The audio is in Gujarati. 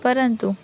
પરંતુ